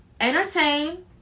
entertain